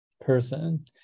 person